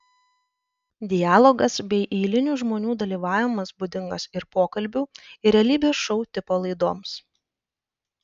dialogas bei eilinių žmonių dalyvavimas būdingas ir pokalbių ir realybės šou tipo laidoms